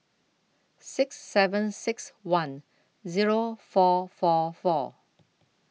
six seven six one Zero four four four